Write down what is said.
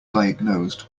diagnosed